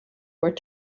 word